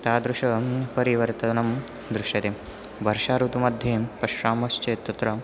तादृशं परिवर्तनं दृश्यते वर्ष ऋतुमध्ये पश्यामश्चेत् तत्र